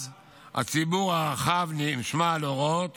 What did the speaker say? אז הציבור הרחב נשמע להוראות